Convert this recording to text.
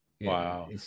Wow